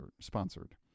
sponsored